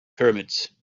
pyramids